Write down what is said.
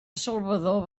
salvador